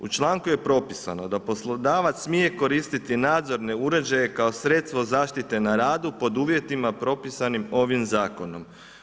U članku je propisani da poslodavac smije koristiti nadzorne uređaje kao sredstvo zaštite na radu pod uvjetima propisanim ovim zakonom.